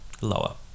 Lower